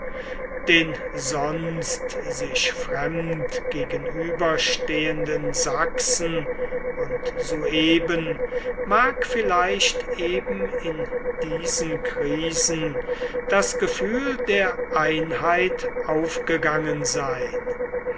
den sonst sich fremd gegenüberstehenden sachsen und sueben mag vielleicht eben in diesen krisen das gefühl der einheit aufgegangen sein